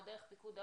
או דרך פיקוד העורף,